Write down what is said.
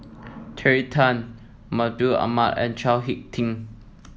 Terry Tan Mahmud Ahmad and Chao HicK Tin